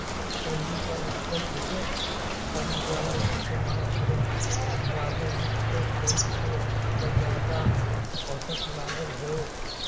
पूंजी क लागत एक फर्म द्वारा इस्तेमाल करे वाले वित्त क कई स्रोत क जादा औसत लागत हौ